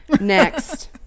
Next